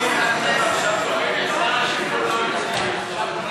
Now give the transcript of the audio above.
קיצור תקופת הצינון לבכירי מערכת הביטחון